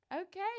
Okay